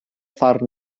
ffordd